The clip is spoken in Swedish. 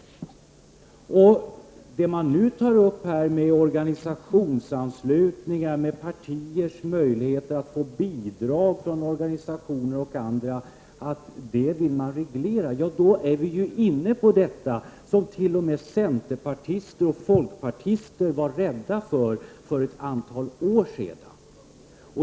Nu för man fram argumentet att man vill reglera organisationsanslutning och partiers möjligheter att få bidrag från organisationer och andra. Då är vi ju inne på detta som t.o.m. centerpartister och folkpartister var rädda för för ett antal år sedan.